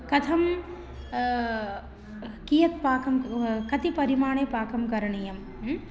कथं कियत् पाकं कुर्मः कति परिमाणे पाकं करणीयम्